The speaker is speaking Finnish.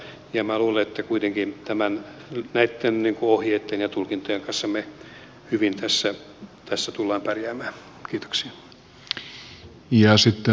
minä luulen että kuitenkin näitten ohjeitten ja tulkintojen kanssa me hyvin tässä tulemme pärjäämään